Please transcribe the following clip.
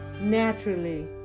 naturally